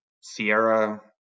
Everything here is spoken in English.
Sierra